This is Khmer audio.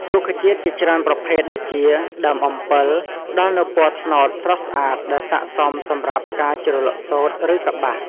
រុក្ខជាតិជាច្រើនប្រភេទដូចជា ដើមអំពិល ផ្តល់នូវពណ៌ត្នោតស្រស់ស្អាតដែលស័ក្តិសមសម្រាប់ការជ្រលក់សូត្រ ឬកប្បាស។